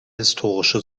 historische